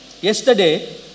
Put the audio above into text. yesterday